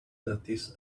notice